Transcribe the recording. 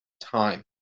time